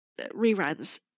reruns